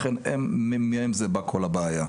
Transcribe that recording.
לכן מהם זה בא כל הבעיה.